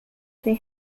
they